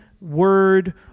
word